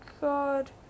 god